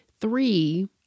Three